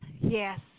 Yes